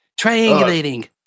Triangulating